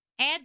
Add